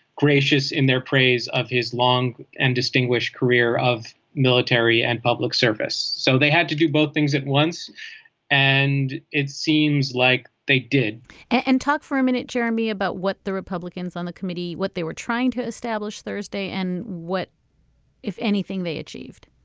gracious in their praise of his long and distinguished career of military and public service so they had to do both things at once and it seems like they did and talk for a minute jeremy about what the republicans on the committee what they were trying to establish thursday and what if anything they achieved